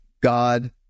God